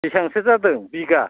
बेसेबांसो जादों बिगा